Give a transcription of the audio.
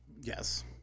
Yes